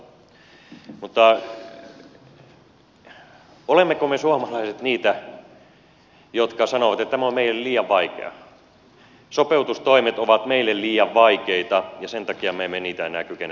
mutta olemmeko me suomalaiset niitä jotka sanovat että tämä on meille liian vaikeaa sopeutustoimet ovat meille liian vaikeita ja sen takia me emme niitä enää kykene tekemään